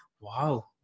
wow